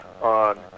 on